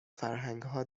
فرهنگها